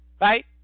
right